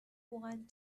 want